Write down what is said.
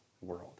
world